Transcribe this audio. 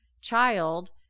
child